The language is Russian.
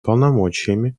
полномочиями